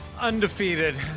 Undefeated